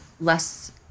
less